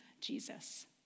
Jesus